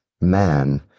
man